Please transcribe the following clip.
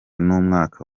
n’umwaka